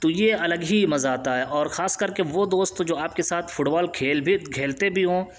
تو یہ الگ ہی مزہ آتا ہے اور خاص کر کے وہ دوست جو آپ کے ساتھ فٹ بال کھیل بھی کھیلتے بھی ہوں